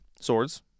Swords